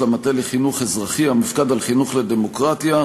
המטה לחינוך אזרחי המופקד על חינוך לדמוקרטיה.